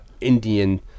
Indian